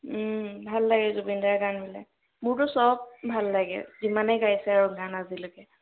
ভাল লাগে জুবিনদাৰ গানবিলাক মোৰটো সব ভাল লাগে যিমানেই গাইছে আৰু গান আজিলৈকে